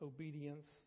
Obedience